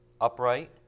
upright